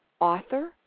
author